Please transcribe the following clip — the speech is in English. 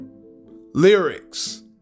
Lyrics